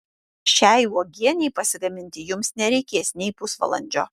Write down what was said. šiai uogienei pasigaminti jums nereikės nei pusvalandžio